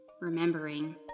remembering